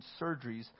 surgeries